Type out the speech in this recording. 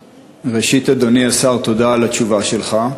ראשית, אדוני השר, תודה על התשובה שלך.